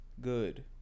Good